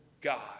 God